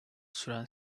süren